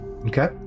Okay